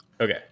Okay